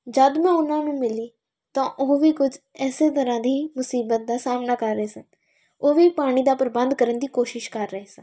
ਜਦ ਮੈਂ ਉਹਨਾਂ ਨੂੰ ਮਿਲੀ ਤਾਂ ਉਹ ਵੀ ਕੁਝ ਇਸ ਤਰ੍ਹਾਂ ਦੀ ਮੁਸੀਬਤ ਦਾ ਸਾਹਮਣਾ ਕਰ ਰਹੇ ਸਨ ਉਹ ਵੀ ਪਾਣੀ ਦਾ ਪ੍ਰਬੰਧ ਕਰਨ ਦੀ ਕੋਸ਼ਿਸ਼ ਕਰ ਰਹੇ ਸਨ